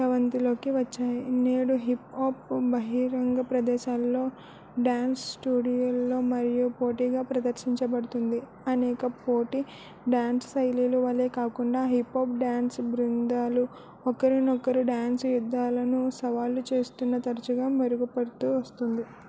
అవంతిలో వచ్చాయి నేడు hip hop బహిరంగ ప్రదేశాలలో డ్యాన్స్ స్టూడియోలలో మరియు పోటీగా ప్రదర్శించబడుతుంది అనేక పోటీ డ్యాన్స్ శైలుల వలె కాకుండా హిప్ హప్ డ్యాన్స్ బృందాలు ఒకరికొకరు డ్యాన్స్ యుద్ధాలను సవాళ్ళు చేస్తున్న తరచుగా మెరుగు పడుతు వస్తుంది